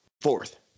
Fourth